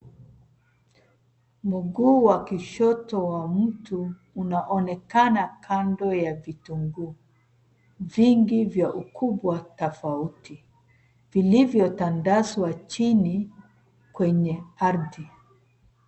Mguu wa kushoto wa mtu unaonekana kando ya vitunguu, vingi vya ukubwa tafauti, vilivyotandazwa chini kwenye ardhi.